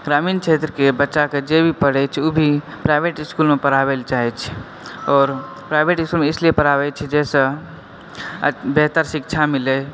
ग्रामीण क्षेत्रके बच्चा सब जे भी पढ़ै छै ओ भी प्राइवेट इसकुलमे परहाबै लऽ चाहै छै और प्राइवेट इसकूलमे इसलिये परहाबै छै जाहि सऽ बेहतर शिक्षा मिलै